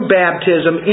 baptism